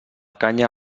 canya